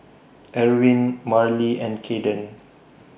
Erwin Marlee and Kayden